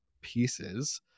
pieces